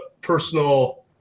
personal